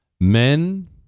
Men